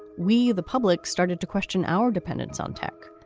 we the public started to question our dependence on tech,